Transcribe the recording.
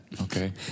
Okay